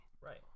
Right